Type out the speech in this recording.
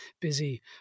busy